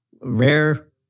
Rare